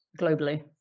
globally